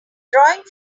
drawing